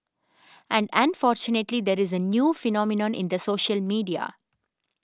and unfortunately there is a new phenomenon in the social media